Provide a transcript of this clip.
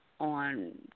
on